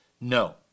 No